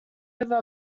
over